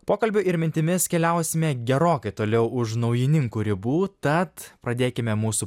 pokalbio ir mintimis keliausime gerokai toliau už naujininkų ribų tad pradėkime mūsų